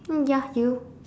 mm ya you